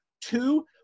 Two